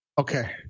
Okay